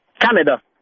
Canada